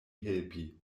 helpi